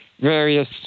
various